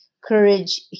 courage